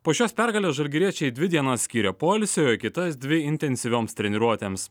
po šios pergalės žalgiriečiai dvi dienas skyrė poilsiui kitas dvi intensyvioms treniruotėms